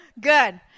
Good